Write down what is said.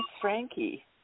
Frankie